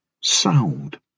sound